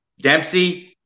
Dempsey